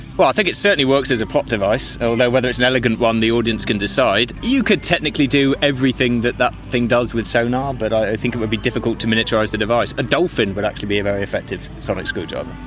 well, i think it certainly works as a plot device, although whether it's an elegant one the audience can decide. you could technically do everything that that thing does with sonar, but i think it would be difficult to miniaturise the device. a dolphin would but actually be a very effective sonic screwdriver.